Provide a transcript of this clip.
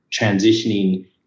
transitioning